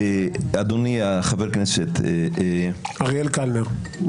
אדוני חבר הכנסת אריאל קלנר,